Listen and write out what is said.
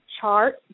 chart